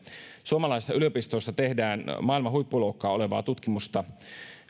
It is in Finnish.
suomalaisissa yliopistoissa tehdään maailman huippuluokkaa olevaa tutkimusta